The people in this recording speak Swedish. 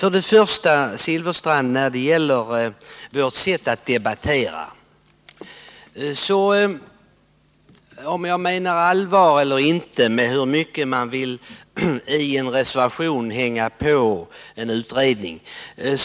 Bengt Silfverstrand tog upp vårt sätt att debattera. Han undrade om jag menar allvar eller inte med vad jag sade om hur mycket man i en reservation vill hänga på en utredning.